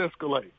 escalate